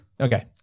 Okay